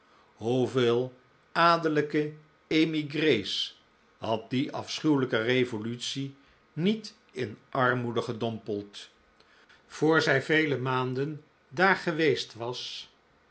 hoevele adellijke emigrees had die afschuwelijke revolutie niet in armoede gedompeld voor zij vele maanden daar geweest was